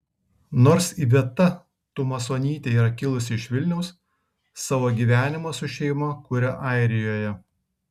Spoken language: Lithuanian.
nors iveta tumasonytė yra kilusi iš vilniaus savo gyvenimą su šeima kuria airijoje